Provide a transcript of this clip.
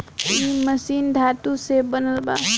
इ मशीन धातु से बनल बा